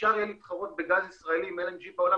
שאפשר יהיה להתחרות בגז ישראלי עם LNG בעולם,